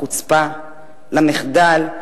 לחוצפה, למחדל.